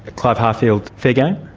clive harfield, fair game?